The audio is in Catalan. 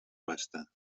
pasta